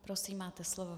Prosím, máte slovo.